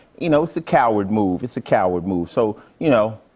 you know, it's a coward move. it's a coward move. so you know,